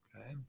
Okay